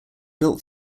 built